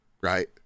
right